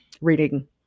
reading